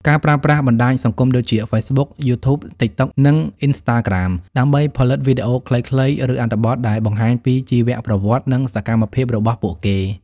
ការប្រើប្រាស់បណ្ដាញសង្គមដូចជា ហ្វេសប៊ុក យូធូប ទីកតុក និងអុីនស្រ្តាក្រាម ដើម្បីផលិតវីដេអូខ្លីៗ ឬអត្ថបទដែលបង្ហាញពីជីវប្រវត្តិ និងសកម្មភាពរបស់ពួកគេ។